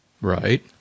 Right